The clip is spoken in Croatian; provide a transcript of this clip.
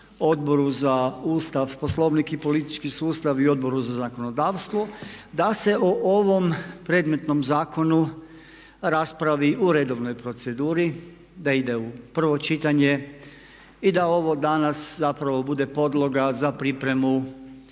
Odboru za Ustav, Poslovnik i politički sustav i Odboru za zakonodavstvo, da se o ovom predmetnom zakonu raspravi u redovnoj proceduri, da ide u prvo čitanje i da ovo danas zapravo bude podloga za pripremu